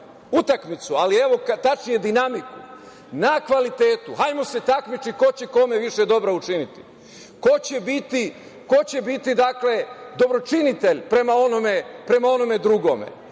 utakmicu, ali evo tačnije, dinamiku na kvalitetu. Hajmo se takmičiti ko će kome više dobra učiniti, ko će biti dobročinitelj prema onome drugome,